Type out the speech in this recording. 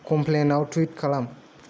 कमप्लेन्टआव tweet खालाम